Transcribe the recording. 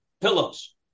pillows